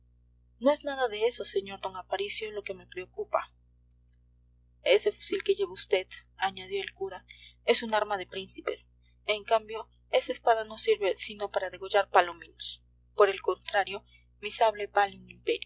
no es nada de eso sr d aparicio lo que me preocupa ese fusil que lleva vd añadió el cura es un arma de príncipes en cambio esa espada no sirve sino para degollar palominos por el contrario mi sable vale